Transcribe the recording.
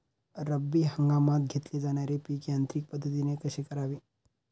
रब्बी हंगामात घेतले जाणारे पीक यांत्रिक पद्धतीने कसे करावे?